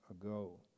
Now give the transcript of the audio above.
ago